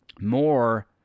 more